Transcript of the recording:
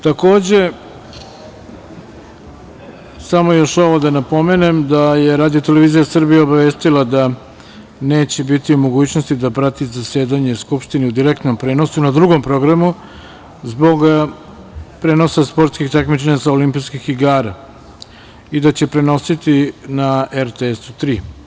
Takođe, samo još ovo da napomenem, Radio-televizija Srbije je obavestila da neće biti u mogućnosti da prati zasedanje Skupštine u direktnom prenosu na Drugom programu, zbog prenosa sportskih takmičenja sa olimpijskih igara i da će prenositi na RTS Tri.